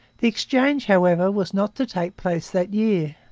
the exchange, however, was not to take place that year.